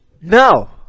no